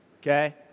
Okay